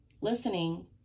Listening